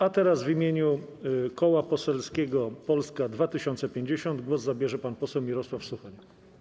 A teraz w imieniu koła poselskiego Polska 2050 głos zabierze pan poseł Mirosław Suchoń.